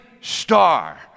star